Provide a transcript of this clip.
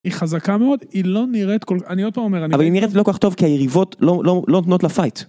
היא חזקה מאוד, היא לא נראית כל כך... אני עוד פעם אומר, אני... אבל היא נראית לא כל כך טוב, כי היריבות לא נותנות לפייט.